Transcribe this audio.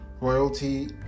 royalty